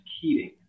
Keating